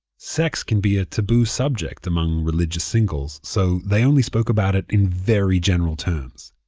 sex can be a taboo subject among religious singles, so they only spoke about it in very general terms.